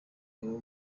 abo